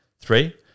Three